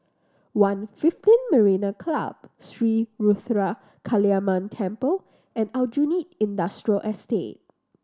One fifteen Marina Club Sri Ruthra Kaliamman Temple and Aljunied Industrial Estate